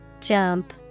Jump